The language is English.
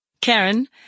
Karen